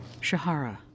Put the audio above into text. Shahara